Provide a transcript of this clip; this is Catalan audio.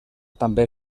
també